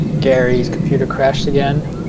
gary's computer crashed again.